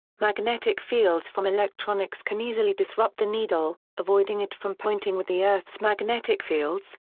magnetic fields from electronics can easily disrupt the needle, avoiding it from pointing with the earth's magnetic fields,